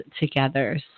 together